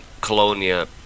Colonia